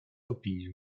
opinię